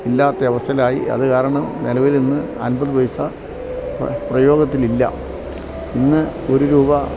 ഇല്ലാത്ത അവസ്ഥലായി അതുകാരണം നിലവിലിന്ന് അൻപത് പൈസ പ്രയോഗത്തിലില്ല ഇന്ന് ഒരു രൂപ